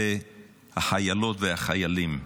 אלה החיילות והחיילים.